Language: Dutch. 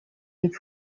niet